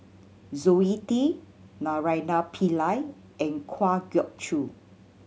Zoe Tay Naraina Pillai and Kwa Geok Choo